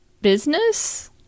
business